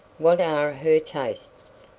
what are her tastes?